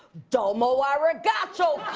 domo arigato.